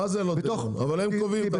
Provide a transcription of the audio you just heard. אבל הם קובעים.